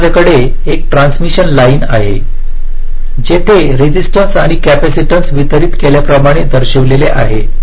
समजा माझ्याकडे एक ट्रान्समिशन लाइन आहे जिथे रेसिस्टन्स आणि कॅपॅसिटन्स वितरित केल्याप्रमाणे दर्शविल्या आहेत